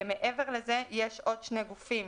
מעבר לכך, יש עוד שני גופים.